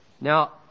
Now